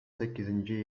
sekizinci